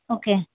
okay